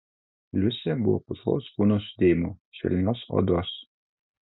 liusė buvo putlaus kūno sudėjimo švelnios odos